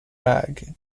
rag